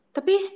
Tapi